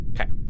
Okay